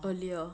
earlier